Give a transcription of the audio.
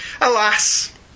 Alas